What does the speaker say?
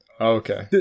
okay